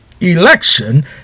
election